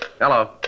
Hello